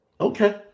Okay